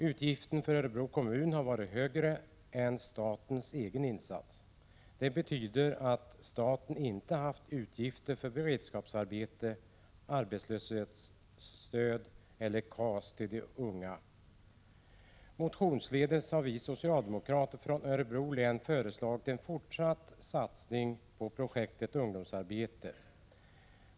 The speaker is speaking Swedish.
Utgiften för Örebro kommun har varit större än statens egen insats. Det betyder att staten inte haft utgifter för beredskapsarbete, arbetslöshetsstöd eller KAS till ungdomarna. Motionsledes har vi socialdemokrater från Örebro län föreslagit en fortsatt satsning på projektet ungdomsarbete.